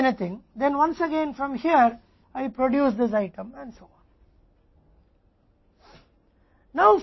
अभी मैं कुछ नहीं करता हूं फिर एक बार यहां से मैं इस आइटम का उत्पादन करता हूं